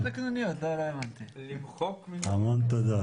המון תודה.